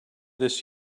this